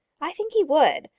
i think he would.